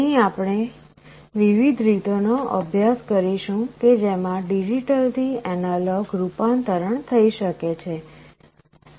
અહીં આપણે વિવિધ રીતોનો અભ્યાસ કરીશું કે જેમાં ડિજિટલ થી એનાલોગ રૂપાંતરણ થઈ શકે છે